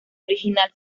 original